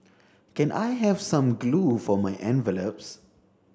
can I have some glue for my envelopes